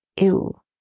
ew